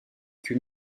que